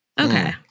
Okay